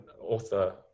author